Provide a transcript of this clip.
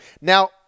Now